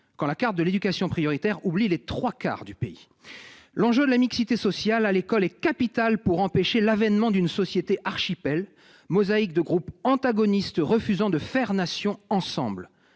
Quand la carte de l'éducation prioritaire oublie les 3 quarts du pays. L'enjeu de la mixité sociale à l'école est capital pour empêcher l'avènement d'une société archipel mosaïque de groupes antagonistes, refusant de faire nation ensemble